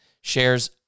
shares